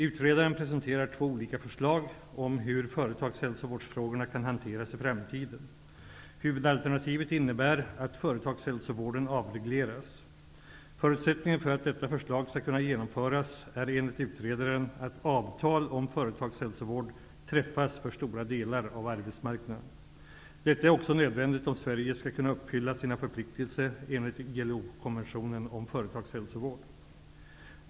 Utredaren presenterar två olika förslag till hur företagshälsovårdsfrågorna kan hanteras i framtiden. Huvudalternativet innebär att företagshälsovården avregleras. Förutsättningen för att detta förslag skall kunna genomföras är enligt utredaren att avtal om företagshälsovård träffas för stora delar av arbetsmarknaden. Detta är också nödvändigt om Sverige skall kunna uppfylla sina förpliktelser enligt ILO-konventionen om företagshälsovård.